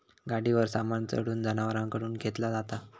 गाडीवर सामान चढवून जनावरांकडून खेंचला जाता